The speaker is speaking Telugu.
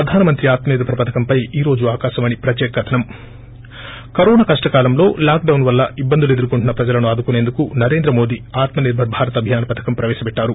ప్రధానమంత్రి ఆత్మ నిర్సర్ పధకం పై ఈ రోజు ఆకాశవాణి ప్రత్యేక కధనం కరోన కష్ష కాలంలో లాక్ డౌన్ వల్ల ఇబ్బందులు ఎదుర్కోంటున్న ప్రజలను ఆదుకునేందుకు నరేంద్ర మోదీ ఆత్మ నిర్పర్ భారత్ అభియాన్ పధకం ప్రపేశపెట్టరు